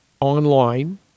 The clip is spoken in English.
online